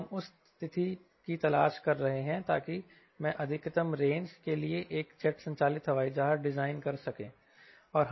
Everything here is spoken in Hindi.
अब हम उस तिथि की तलाश कर रहे हैं ताकि मैं अधिकतम रेंज के लिए एक जेट संचालित हवाई जहाज डिजाइन कर सको